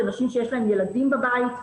זה נשים שיש להן ילדים בבית,